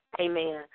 Amen